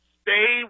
stay